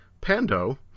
Pando